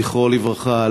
זכרו לברכה,